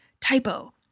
typo